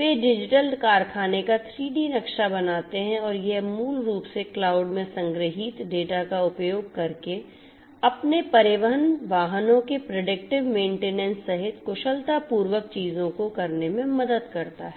वे digital कारखाने का 3 D नक्शा बनाते हैं और यह मूल रूप से क्लाउड में संग्रहीत डेटा का उपयोग करके अपने परिवहन वाहनों के प्रेडिक्टिव मेंटेनेंस सहित कुशलतापूर्वक चीजों को करने में मदद करता है